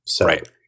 Right